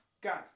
Guys